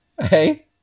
hey